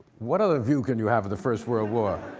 what other view can you have of the first world war?